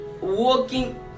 walking